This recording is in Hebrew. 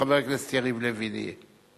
חבר הכנסת יריב לוין יהיה.